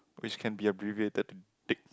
which can be a abbreviated pick